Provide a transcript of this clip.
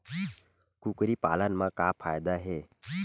कुकरी पालन म का फ़ायदा हे?